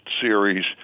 series